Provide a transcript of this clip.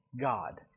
God